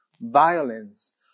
violence